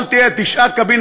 אבל תשעה קבין,